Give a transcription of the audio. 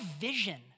vision